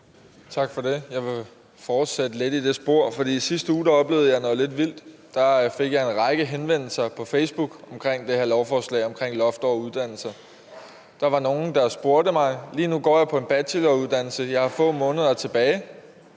Tak for det. Jeg vil fortsætte lidt i det spor, for sidste uge oplevede jeg noget, der var lidt vildt. Jeg fik en række henvendelser på Facebook om det her lovforslag om loft over uddannelser. Der var en, der skrev: Lige nu går jeg på en bacheloruddannelse, jeg har få måneder tilbage,